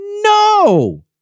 No